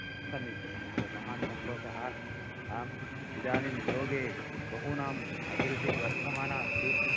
हा समीचीनं महोदय महान् सन्तोषः आम् इदानीम् योगे बहूनां अभिरुचिः वर्धमाना अस्ति